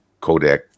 Kodak